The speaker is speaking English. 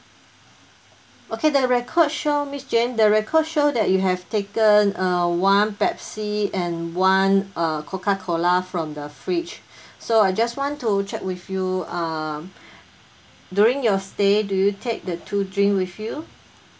okay the record show miss jane the record show that you have taken uh one Pepsi and one uh Coca Cola from the fridge so I just want to check with you um during your stay do you take the two drink with you